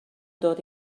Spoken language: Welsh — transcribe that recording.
dod